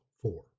four